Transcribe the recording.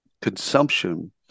consumption